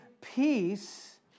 peace